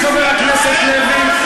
חבר הכנסת לוי,